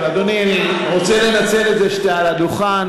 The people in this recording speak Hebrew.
אבל, אדוני, אני רוצה לנצל את זה שאתה על הדוכן